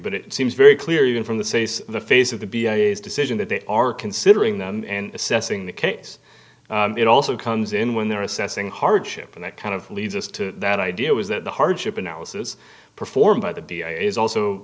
but it seems very clear even from the ses the face of the b a s decision that they are considering them in assessing the case it also comes in when they're assessing hardship and that kind of leads us to that idea is that the hardship analysis performed by the dia is also